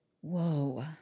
whoa